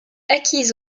acquises